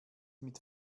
mit